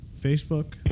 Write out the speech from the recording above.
Facebook